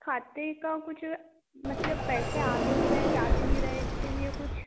खाते का कुछ मतलब पैसे आ भी नहीं रहे जा भी नहीं रहे इसके लिए कुछ